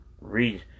read